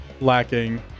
lacking